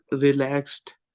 relaxed